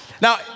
Now